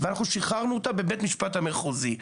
ואנחנו שחררנו אותה בבית המשפט המחוזי.